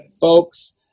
folks